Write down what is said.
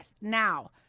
Now